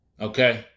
Okay